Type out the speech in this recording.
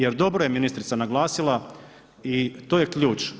Jer dobro je ministrica naglasila i to je ključ.